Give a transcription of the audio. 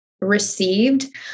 received